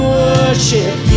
worship